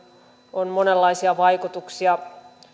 on monenlaisia vaikutuksia